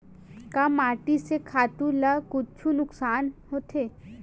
का माटी से खातु ला कुछु नुकसान होथे?